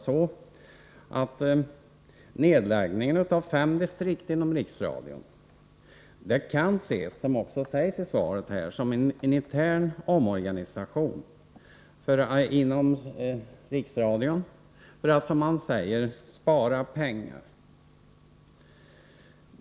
Nedläggningen av fem distriktskontor inom Riksradion kan ses som en intern omorganisation inom Riksradion, vilket också sägs i svaret, för att spara pengar.